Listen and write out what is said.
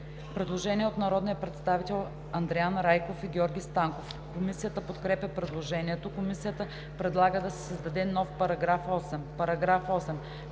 Предложение от народния представител Андриан Райков и Георги Станков. Комисията подкрепя предложението. Комисията предлага да се създаде нов § 8: „§ 8.